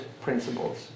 principles